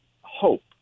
hope